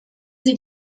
sie